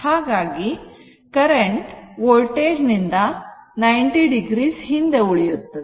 ಹಾಗಾಗಿ current voltage ನಿಂದ 90 o ಹಿಂದೆ ಉಳಿಯುತ್ತದೆ